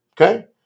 okay